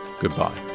goodbye